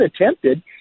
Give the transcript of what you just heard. attempted